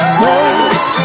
wait